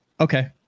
okay